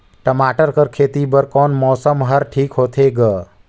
टमाटर कर खेती बर कोन मौसम हर ठीक होथे ग?